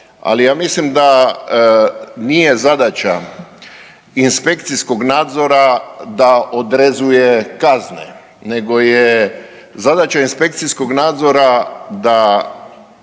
ali ja mislim da nije zadaća inspekcijskog nadzora da odrezuje kazne, nego je zadaća inspekcijskog nadzora da